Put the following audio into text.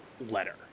letter